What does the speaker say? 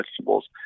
vegetables